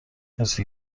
مرسی